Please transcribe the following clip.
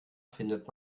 findet